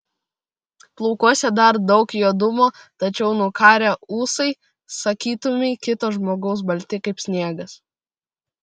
plaukuose dar daug juodumo tačiau nukarę ūsai sakytumei kito žmogaus balti kaip sniegas